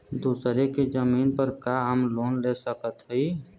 दूसरे के जमीन पर का हम लोन ले सकत हई?